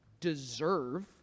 deserve